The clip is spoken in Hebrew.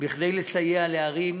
כדי לסייע לערים